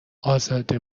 ازاده